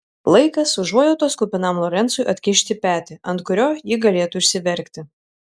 laikas užuojautos kupinam lorencui atkišti petį ant kurio ji galėtų išsiverkti